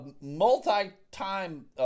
multi-time